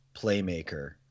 playmaker